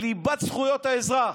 זכויות האזרח,